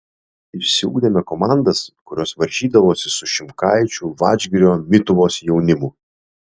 išsiugdėme komandas kurios varžydavosi su šimkaičių vadžgirio mituvos jaunimu